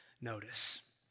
notice